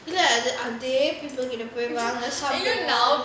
இல்ல அதே தூக்கிட்டு வந்து:illa athe thookitu vanthu